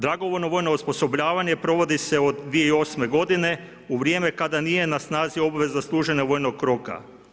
Dragovoljno vojno osposobljavanje provodi se od 2008. godine u vrijeme kada nije na snazi obveza služenja vojnog roka.